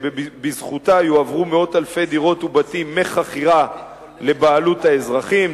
שבזכותה יועברו מאות אלפי דירות ובתים מחכירה לבעלות האזרחים,